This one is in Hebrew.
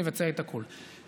ונבצע את הכול.